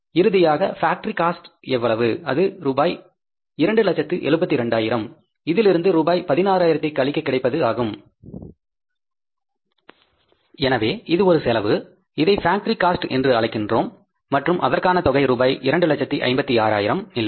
இறுதியாக factory cost எவ்வளவு அது ரூபாய் 272000 இதிலிருந்து ரூபாய் 16000 ஐ கழிக்க கிடைப்பது ஆகும் எனவே இது ஒரு செலவு இதை பேக்டரி காஸ்ட் என்று அழைக்கின்றோம் மற்றும் அதற்கான தொகை ரூபாய் 256000 இல்லையா